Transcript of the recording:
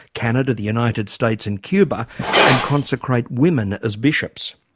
canada, the united states and cuba and consecrate women as bishops.